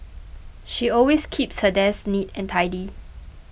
she always keeps her desk neat and tidy